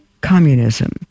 communism